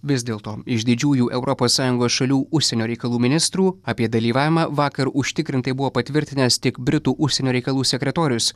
vis dėl to iš didžiųjų europos sąjungos šalių užsienio reikalų ministrų apie dalyvavimą vakar užtikrintai buvo patvirtinęs tik britų užsienio reikalų sekretorius